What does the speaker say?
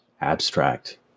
abstract